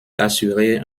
assurer